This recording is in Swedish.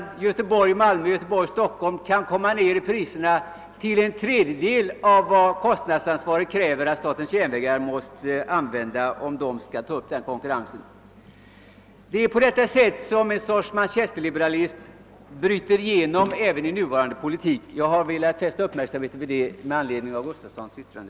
På sträckan Göteborg—Malmö = eller = Göteborg— Stockholm kan man komma ned i priser som bara uppgår till en tredjedel av vad kostnadsansvaret kräver att statens järnvägar tar ut. Det är på detta sätt jag menar att ett slags manchesterliberalism bryter igenom även i nuvarande politik. Jag har velat fästa uppmärksamheten på detta med anledning av herr Gustafsons yttrande.